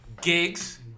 Gigs